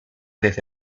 desde